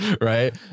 Right